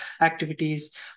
activities